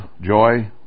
joy